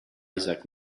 isaac